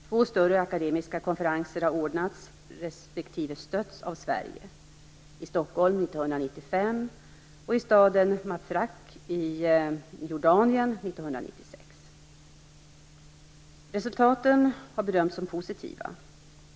Två större akademiska konferenser har ordnats respektive stötts av Sverige: i Resultaten har bedömts som positiva.